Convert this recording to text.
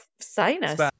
sinus